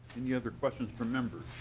any other questions from members?